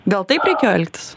gal taip reikėjo elgtis